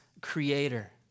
creator